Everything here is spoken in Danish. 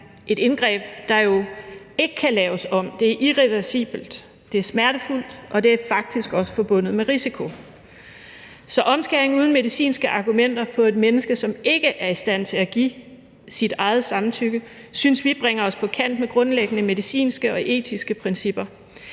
et indgreb, der jo ikke kan laves om; det er irreversibelt. Det er smertefuldt, og det er faktisk også forbundet med risiko. Så omskæring uden medicinske argumenter på et menneske, som ikke er i stand til at give sit eget samtykke, synes vi bringer os på kant med grundlæggende medicinske og etiske principper.